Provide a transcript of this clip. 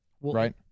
right